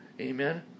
Amen